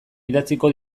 idatziko